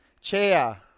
Chair